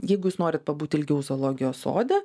jeigu jūs norit pabūti ilgiau zoologijos sode